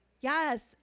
Yes